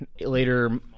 later